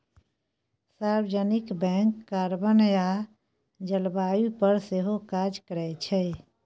सार्वजनिक bank carbon आ जलबायु पर सेहो काज करै छै